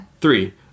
Three